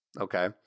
okay